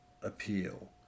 appeal